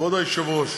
כבוד היושב-ראש,